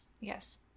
Yes